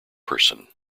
person